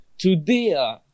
Today